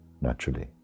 naturally